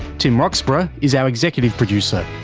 tim roxburgh is our executive producer.